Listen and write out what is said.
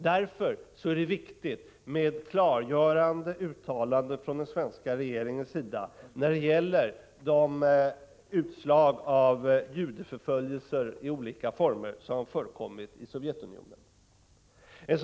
Därför är det viktigt med klargörande uttalanden från den svenska regeringens sida när det gäller de judeförföljelser i olika former som förekommit i Sovjetunionen.